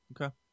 Okay